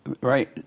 right